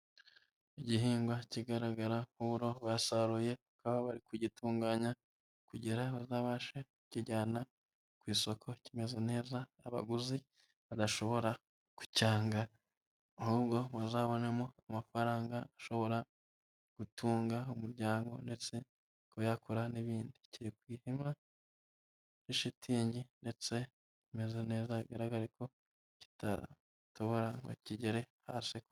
Igihingwa kigaragara nk'uburo basaruye, bakaba bari kugitunganya kugira bazabashe kukijyana ku isoko kimeze neza abaguzi badashobora kucyanga, ahubwo bazabonemo amafaranga ashobora gutunga umuryango, ndetse akaba yakora n'ibindi, kiri ku ihema, kuri shitingo ndetse imeze neza, bigaragare ko kitatobora ngo kigere hasi.